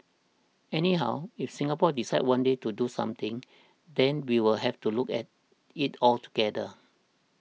anyhow if Singapore decides one day to do something then we'll have to look at it altogether